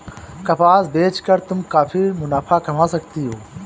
कपास बेच कर तुम काफी मुनाफा कमा सकती हो